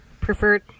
preferred